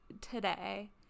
today